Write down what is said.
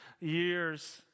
years